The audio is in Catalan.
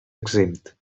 exempt